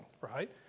right